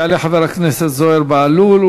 יעלה חבר הכנסת זוהיר בהלול.